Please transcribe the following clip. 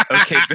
okay